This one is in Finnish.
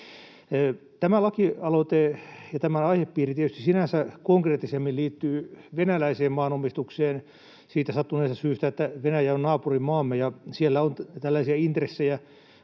Tämä lakialoite ja tämä aihepiiri tietysti sinänsä konkreettisemmin liittyvät venäläiseen maanomistukseen siitä sattuneesta syystä, että Venäjä on naapurimaamme ja siellä on tällaisia intressejä